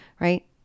Right